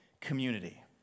community